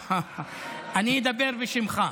אני אדבר בשמך.